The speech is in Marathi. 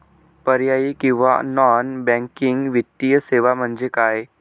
पर्यायी किंवा नॉन बँकिंग वित्तीय सेवा म्हणजे काय?